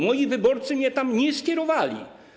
Moi wyborcy mnie tam nie skierowali.